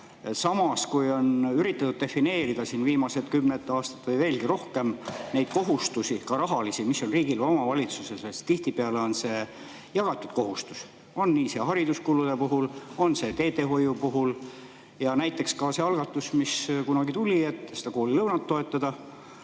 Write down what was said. Samas kui on üritatud defineerida siin viimased kümme aastat või veelgi rohkem neid kohustusi, ka rahalisi, mis on riigil või omavalitsusel, siis tihtipeale on see jagatud kohustus. See on nii hariduskulude puhul, see on nii teedehoiu puhul ja näiteks ka selle algatuse puhul, mis kunagi tuli, et koolilõunat toetada.